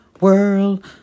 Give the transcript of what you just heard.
world